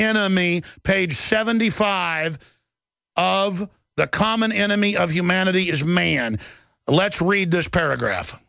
enemy page seventy five of the common enemy of humanity is man let's read this paragraph